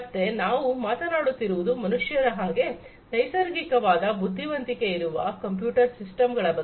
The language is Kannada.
ಮತ್ತೆ ನಾವು ಮಾತನಾಡುತ್ತಿರುವುದು ಮನುಷ್ಯರ ಹಾಗೆ ನೈಸರ್ಗಿಕವಾದ ಬುದ್ಧಿವಂತಿಕೆ ಇರುವ ಕಂಪ್ಯೂಟರ್ ಸಿಸ್ಟಮ್ ಗಳ ಬಗ್ಗೆ